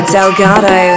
Delgado